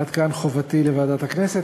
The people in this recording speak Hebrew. עד כאן חובתי לוועדת הכנסת.